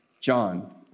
John